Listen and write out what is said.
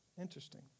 Interesting